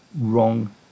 wrong